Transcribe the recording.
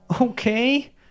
Okay